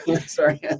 sorry